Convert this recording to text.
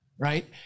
Right